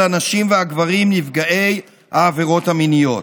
הנשים והגברים נפגעי העבירות המיניות.